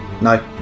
No